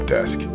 Desk